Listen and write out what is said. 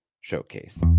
Showcase